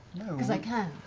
because i can.